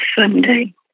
Sunday